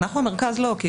אנחנו המרכז לא.